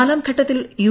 നാലാം ഘട്ടത്തിൽ യു